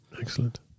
Excellent